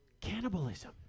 cannibalism